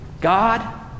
God